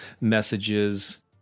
messages